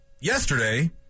yesterday